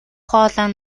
хоолой